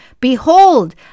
Behold